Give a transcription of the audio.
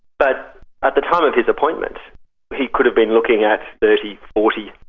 but at the time of his appointment he could have been looking at thirty, forty,